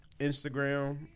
Instagram